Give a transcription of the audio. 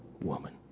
woman